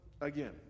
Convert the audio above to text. again